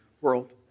world